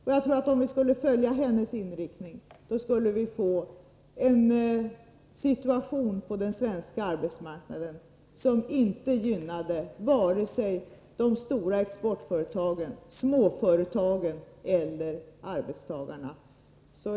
Om vi skulle följa hennes inriktning tror jag att vi skulle få en situation på den svenska arbetsmarknaden som inte gynnar vare sig de stora exportföretagen, småföretagen eller arbetstagarna.